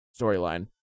storyline